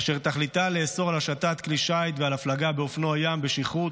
אשר תכליתה לאסור על השטת כלי שיט ועל הפלגה באופנוע ים בשכרות,